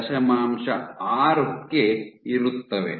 6 ಗೆ ಇರುತ್ತವೆ